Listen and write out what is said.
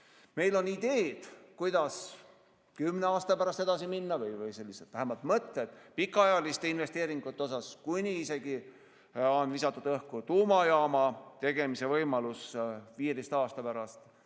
Meil on ideed, kuidas kümne aasta pärast edasi minna, või vähemalt mõtted pikaajaliste investeeringute kohta, isegi on visatud õhku tuumajaama tegemise võimalus 15 aasta pärast.